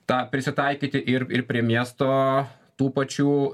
tą prisitaikyti ir ir prie miesto tų pačių